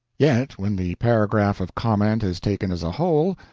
yet when the paragraph of comment is taken as a whole,